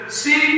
see